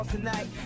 Tonight